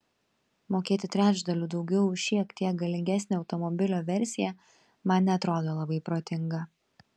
mokėti trečdaliu daugiau už šiek tiek galingesnę automobilio versiją man neatrodo labai protinga